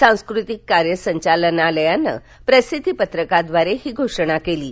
सांस्कृतिक कार्य संचालनालयाने प्रसिद्धीपत्रकाद्वारे ही घोषणा केली आहे